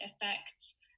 affects